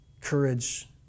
Courage